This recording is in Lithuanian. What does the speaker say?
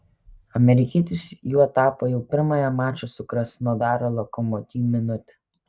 amerikietis juo tapo jau pirmąją mačo su krasnodaro lokomotiv minutę